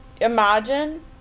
Imagine